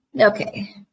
Okay